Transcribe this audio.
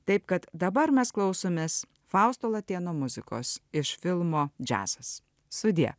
taip kad dabar mes klausomės fausto latėno muzikos iš filmo džiazas sudie